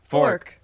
Fork